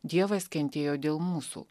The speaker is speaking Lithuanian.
dievas kentėjo dėl mūsų